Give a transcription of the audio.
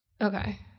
Okay